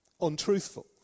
untruthful